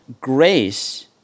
grace